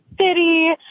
city